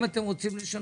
אם אתם רוצים לשנות,